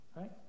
Right